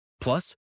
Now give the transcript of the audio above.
Plus